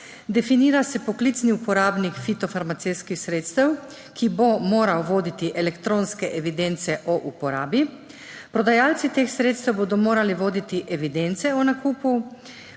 definira se poklicni uporabnik fitofarmacevtskih sredstev, ki bo moral voditi elektronske evidence o uporabi, prodajalci teh sredstev bodo morali voditi evidence o nakupu,